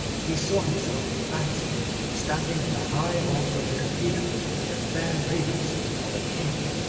he saw himself in fancy standing at the high altar of the cathedral in the fair raiment of a king,